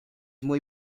muy